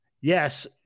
Yes